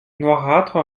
noirâtre